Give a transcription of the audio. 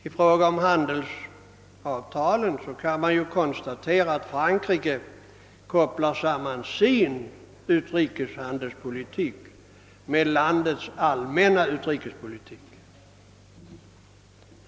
I fråga om handelsavtalen kan man konstatera att Frankrike kopplar samman sin utrikeshandelspolitik med landets allmänna utrikespolitik.